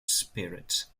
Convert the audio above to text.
spirit